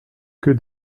que